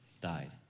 died